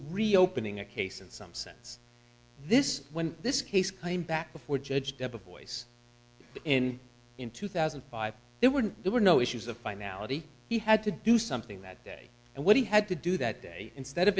reopening a case in some sense this when this case came back before judge deborah voice in in two thousand and five there were there were no issues of finality he had to do something that day and what he had to do that day instead of